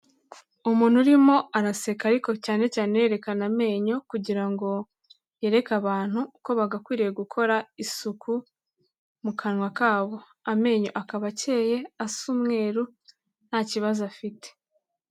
Umuntu urimo araseka ariko cyane cyane yerekana amenyo kugira ngo yereke abantu uko bagakwiriye gukora isuku mu kanwa kabo, amenyo akaba akeye asa umweru nta kibazo afite.